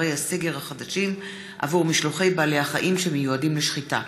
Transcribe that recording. אתרי הסגר חדשים עבור משלוחי בעלי החיים שמיועדים לשחיטה.